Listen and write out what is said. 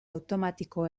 automatiko